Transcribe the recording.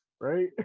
right